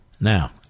Now